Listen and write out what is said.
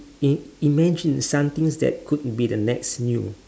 im~ imagine some things that could be the next new